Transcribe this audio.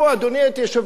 אדוני היושב-ראש,